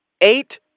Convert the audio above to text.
Eight